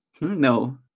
No